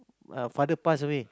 uh father pass away